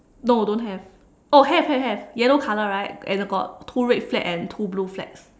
no don't have oh have have have yellow color right and got two red flags and two blue flags